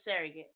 surrogate